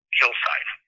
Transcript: hillside